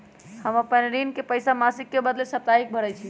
हम अपन ऋण के पइसा मासिक के बदले साप्ताहिके भरई छी